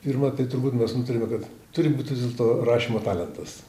pirma tai turbūt mes nutarėme kad turi būti vis dėlto rašymo talentas